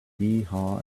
heehaw